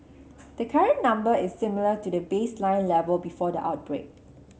the current number is similar to the baseline level before the outbreak